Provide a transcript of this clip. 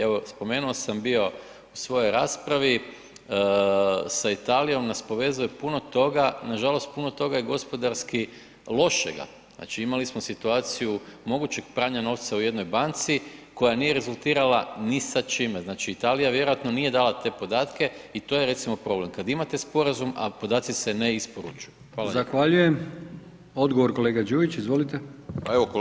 Evo spomenuo sam bio u svojoj raspravi, sa Italijom nas povezuje puno toga, nažalost puno toga i gospodarski lošega, znači imali smo situaciju mogućeg pranja novca u jednoj banci koja nije rezultirala ni sa čime, znači Italija vjerojatno nije dala te podatke i to je recimo problem, kad imate sporazum, a podaci se ne isporučuju.